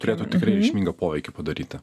turėtų tikrai reikšmingą poveikį padaryti